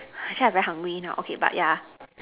actually I very hungry now but okay but ya